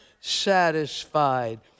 satisfied